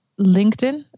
LinkedIn